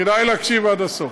כדאי להקשיב עד הסוף,